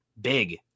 big